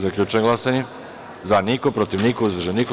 Zaključujem glasanje: za – niko, protiv – niko, uzdržan – niko.